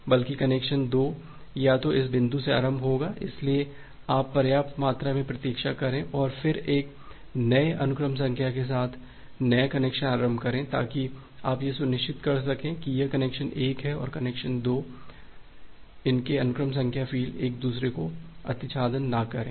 बल्कि कनेक्शन 2 या तो इस बिंदु से आरंभ होगा इसलिए आप पर्याप्त मात्रा में प्रतीक्षा करें और फिर एक नए अनुक्रम संख्या के साथ नया कनेक्शन आरंभ करें ताकि आप यह सुनिश्चित कर सकें कि यह कनेक्शन 1 और कनेक्शन 2 उनके अनुक्रम संख्या फ़ील्ड एक दुसरे को अतिछादन ना करें